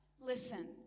listen